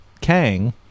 Kang